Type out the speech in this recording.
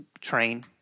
train